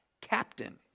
Captain